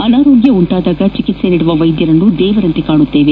ಅನಾರೋಗ್ಯ ಉಂಟಾದಾಗ ಚಿಕಿತ್ಸೆ ನೀಡುವ ವೈದ್ಯರನ್ನು ದೇವರಂತೆ ಕಾಣುತ್ತೇವೆ